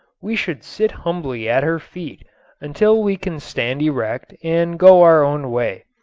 we should sit humbly at her feet until we can stand erect and go our own way.